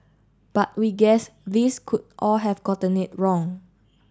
but we guess these could all have gotten it wrong